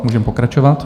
Můžeme pokračovat.